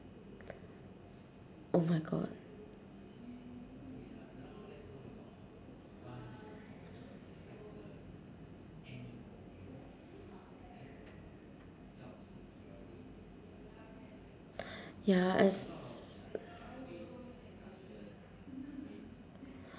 oh my god ya as